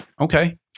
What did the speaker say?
Okay